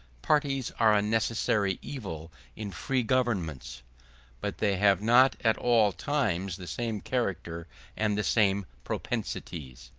parties are a necessary evil in free governments but they have not at all times the same character and the same propensities.